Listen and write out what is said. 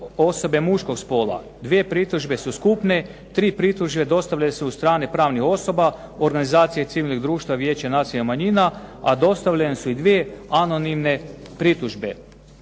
osobe muškog spola. Dvije pritužbe su skupne, tri pritužbe dostavljaju se u strane pravnih osoba, organizacije civilnih društava, vijeća i nacionalnih manjina, a dostavljene su i dvije anonimne pritužbe.